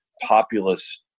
populist